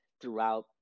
throughout